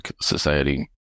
society